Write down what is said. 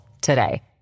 today